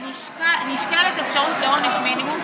נשקלת אפשרות לעונש מינימום,